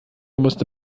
musste